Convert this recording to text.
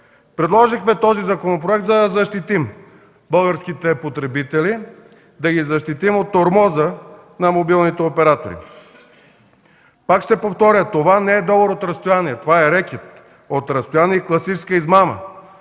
Предложихме този законопроект, за да защитим българските потребители, да ги защитим от тормоза на мобилните оператори. Пак ще повторя, това не е договор от разстояние, това е рекет от разстояние и класическа измама.